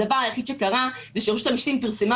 הדבר היחיד שקרה זה שרשות המיסים פרסמה